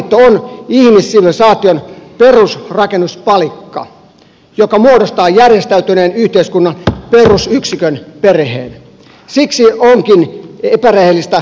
avioliitto on ihmissivilisaation perusrakennuspalikka joka muodostaa järjestäytyneen yhteiskunnan perusyksikön perheen